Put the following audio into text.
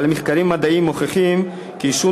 אבל מחקרים מדעיים מוכיחים כי עישון